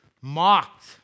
mocked